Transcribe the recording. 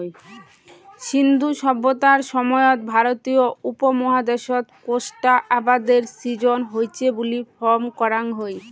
সিন্ধু সভ্যতার সময়ত ভারতীয় উপমহাদ্যাশত কোষ্টা আবাদের সিজ্জন হইচে বুলি ফম করাং হই